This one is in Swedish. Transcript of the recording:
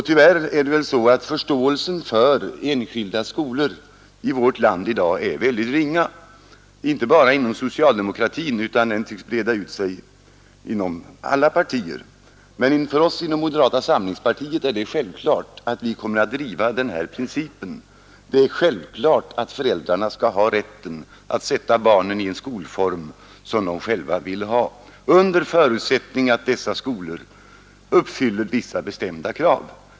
Tyvärr är förståelsen för enskilda skolor i vårt land i dag mycket ringa, inte bara inom socialdemokratin, utan den uppfattningen tycks breda ut sig inom alla partier. Men för oss inom moderata samlingspartiet är det självklart att vi kommer att driva denna princip. Det är självklart att föräldrarna skall ha rätt att sätta barnen i en skolform som de själva vill ha, under förutsättning att dessa skolor uppfyller vissa bestämda krav.